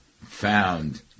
found